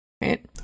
right